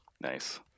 Nice